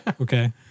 Okay